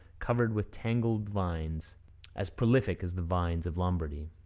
covered with tangled vines as prolific as the vines of lombardy.